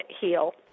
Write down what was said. heal